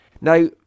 Now